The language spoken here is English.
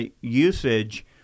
usage